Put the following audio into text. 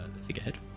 figurehead